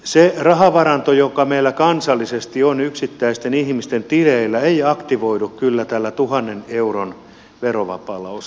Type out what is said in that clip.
se rahavaranto joka meillä kansallisesti on yksittäisten ihmisten tileillä ei aktivoidu kyllä tällä tuhannen euron verovapaalla osalla